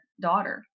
daughter